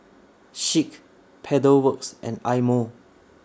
Schick Pedal Works and Eye Mo